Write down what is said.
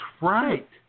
right